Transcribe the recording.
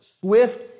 swift